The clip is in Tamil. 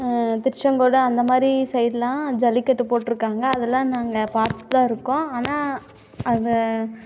திருச்செங்கோடு அந்த மாதிரி சைடுலாம் ஜல்லிக்கட்டு போட்டுருக்காங்க அதெல்லாம் நாங்கள் பார்த்துட்டு தான் இருக்கோம் ஆனால் அதை